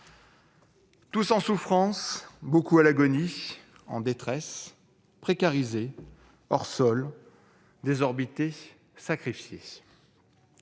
sont en souffrance, beaucoup à l'agonie, en détresse, précarisés, hors sol, désorbités, sacrifiés.